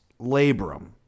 labrum